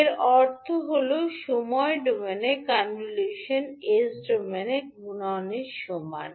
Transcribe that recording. এর অর্থ হল সময় ডোমেনে কনভোলশনটি এস ডোমেনে গুণনের সমান